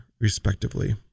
respectively